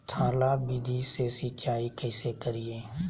थाला विधि से सिंचाई कैसे करीये?